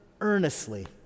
earnestly